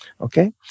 Okay